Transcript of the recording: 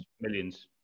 Millions